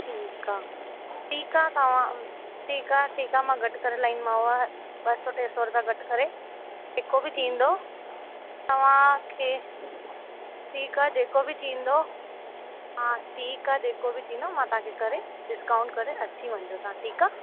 ठीकु आहे ठीकु आहे तव्हां ठीकु आहे ठीकु आहे मां घटि करे लाईंदी मांव ॿ सौ टे सौ रुपिया घटि करे जेको बि थींदो तव्हांखे ठीकु आहे जेको बि थींदो हा ठीकु आहे जेको बि थींदो मां तव्हांखे करे डिस्काऊंट करे अची वञिजो तव्हां ठीकु आहे